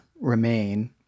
remain